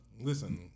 Listen